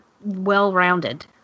well-rounded